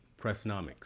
Pressnomics